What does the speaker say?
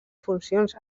funcions